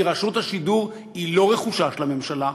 כי רשות השידור היא לא רכושה של הממשלה,